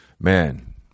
man